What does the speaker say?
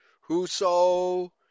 whoso